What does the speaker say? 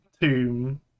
tomb